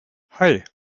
hei